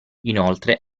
inoltre